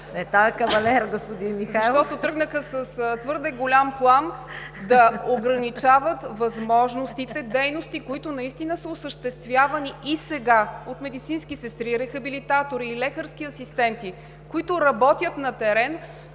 ДАНИЕЛА ДАРИТКОВА-ПРОДАНОВА: Защото тръгнаха с твърде голям плам да ограничават възможностите – дейности, които наистина са осъществявани и сега от медицински сестри, рехабилитатори и лекарски асистенти, които работят на терен,